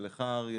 ולך אריה,